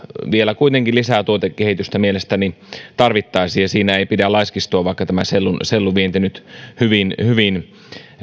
vielä kuitenkin lisää tuotekehitystä mielestäni tarvittaisiin ja siinä ei pidä laiskistua vaikka sellun vienti nyt hyvin hyvin